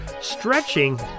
stretching